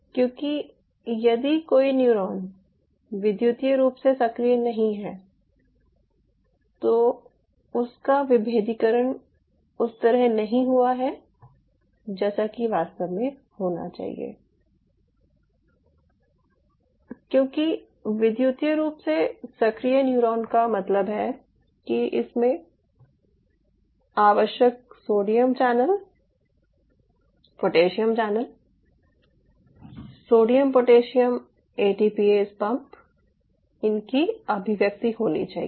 क्योंकि यदि कोई न्यूरॉन विद्युतीय रूप से सक्रिय नहीं है तो उसका विभेदीकरण उस तरह नहीं हुआ है जैसा कि वास्तव में होना चाहिए क्योंकि विद्युतीय रूप से सक्रिय न्यूरॉन का मतलब है कि इसमें आवश्यक sodium channel potassium channel sodium potassium ATPase pump की अभिव्यक्ति होनी चाहिए